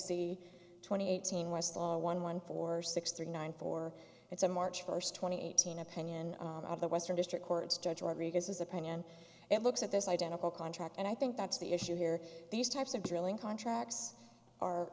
c twenty eighteen west law one one four six three nine four it's a march first twenty eighteen opinion of the western district court judge order it is opinion it looks at this identical contract and i think that's the issue here these types of drilling contracts are